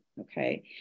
Okay